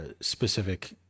specific